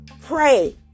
pray